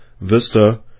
Vista